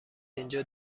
اینجا